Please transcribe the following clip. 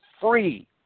free